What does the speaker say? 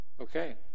Okay